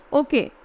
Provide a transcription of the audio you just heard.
okay